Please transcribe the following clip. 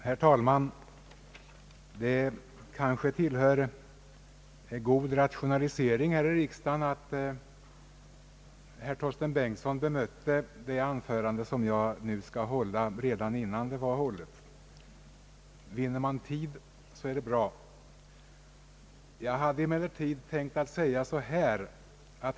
Herr talman! Det kanske tillhör god rationalisering här i kammaren att herr Torsten Bengtson bemötte det anförande som jag nu skall hålla redan innan det har hållits; vinner man tid så är det bra.